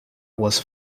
was